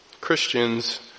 Christians